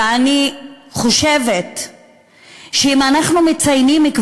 ואני חושבת שאם אנחנו כבר מציינים את